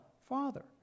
Father